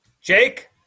Jake